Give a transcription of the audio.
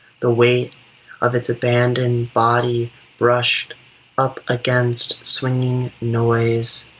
the weight of its abandoned body brushed up against swinging noise,